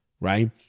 right